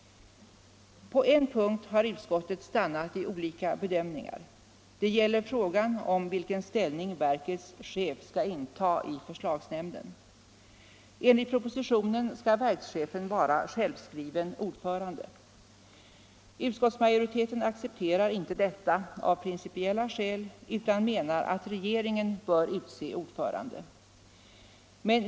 På en punkt har utskottet stannat i olika bedömningar. Det gäller frågan om vilken ställning verkets chef skall inta i förslagsnämnden. Enligt propositionen skall verkschefen vara självskriven ordförande. Utskottsmajoriteten accepterar inte detta av principiella skäl utan menar att regeringen bör utse ordförande.